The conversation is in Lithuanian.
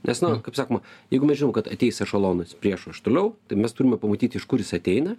nes nu kaip sakoma jeigu mes žinom kad ateis ešalonas priešo iš toliau tai mes turime pamatyti iš kur jis ateina